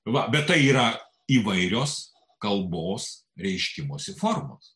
va bet tai yra įvairios kalbos reiškimosi formos